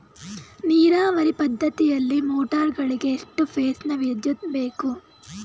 ನೀರಾವರಿ ಪದ್ಧತಿಯಲ್ಲಿ ಮೋಟಾರ್ ಗಳಿಗೆ ಎಷ್ಟು ಫೇಸ್ ನ ವಿದ್ಯುತ್ ಬೇಕು?